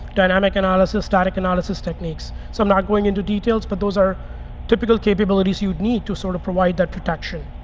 dynamic analysis, static analysis techniques. so i'm not going into details. but those are typical capabilities you'd need to sort of provide that protection.